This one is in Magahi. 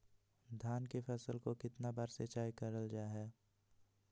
धान की फ़सल को कितना बार सिंचाई करल जा हाय?